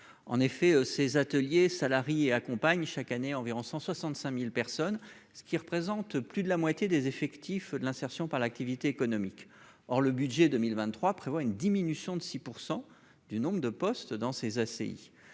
en effet ces ateliers salarie et accompagne chaque année environ 165000 personnes ce qui représente plus de la moitié des effectifs de l'insertion par l'activité économique, or le budget 2023 prévoit une diminution de 6 % du nombre de postes dans ses ACI